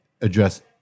address